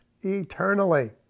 eternally